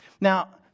Now